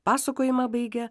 pasakojimą baigia